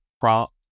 prompt